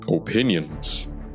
opinions